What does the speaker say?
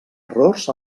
errors